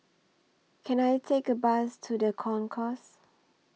Can I Take A Bus to The Concourse